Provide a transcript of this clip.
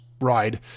ride